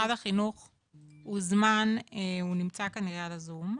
משרד החינוך הוזמן, הוא נמצא כאן ליד הזום,